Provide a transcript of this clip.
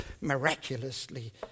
miraculously